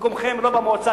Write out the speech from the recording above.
מקומכם לא במועצה,